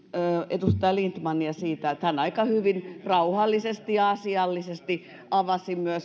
edustaja lindtmania siitä että hän aika hyvin rauhallisesti ja asiallisesti avasi